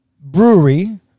brewery